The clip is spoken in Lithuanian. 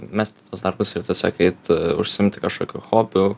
mesti tuos darbus ir tiesiog eit užsiimti kažkokiu hobiu